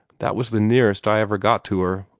that was the nearest i ever got to her,